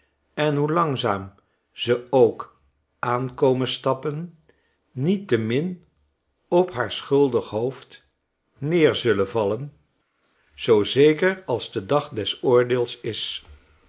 en hoe langzaam ze ook aan komen stappen niettemin op haar schuldig hoofd neer zulien vallen zoo zeker als de dag des oordeels is